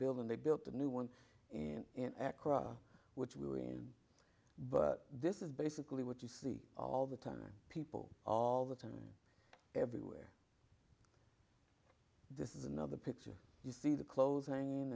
building they built a new one and in akra which we were in but this is basically what you see all the time people all the time everywhere this is another picture you see the clothes hanging